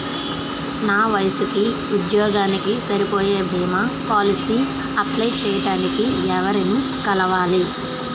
నా వయసుకి, ఉద్యోగానికి సరిపోయే భీమా పోలసీ అప్లయ్ చేయటానికి ఎవరిని కలవాలి?